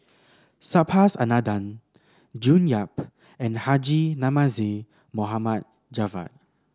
Subhas Anandan June Yap and Haji Namazie Javad